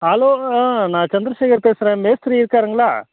ஹலோங்க நான் சந்திரசேகர் பேசுகிறேன் மேஸ்திரி இருக்காருங்களா